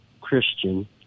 Christian